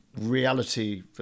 reality